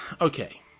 okay